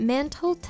Mental